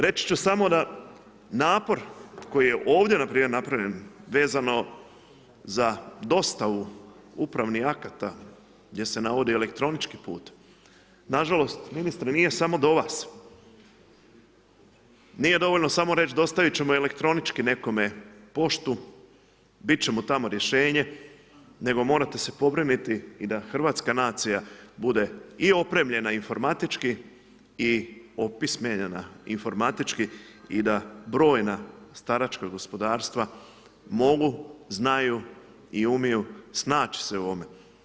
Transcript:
Reći ću samo na napor koji je ovdje npr. napravljen vezano za dostavu upravnih akata gdje se navodi elektronički put, nažalost ministre nije samo do vas, nije dovoljno samo reći dostaviti ćemo elektronički nekome poštu, biti će mu tamo rješenje nego morate se pobrinuti i da hrvatska nacija bude i opremljena informatički i opismenjena informatički i da brojna staračka gospodarstva mogu, znaju i umiju snaći se u ovome.